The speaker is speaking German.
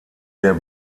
der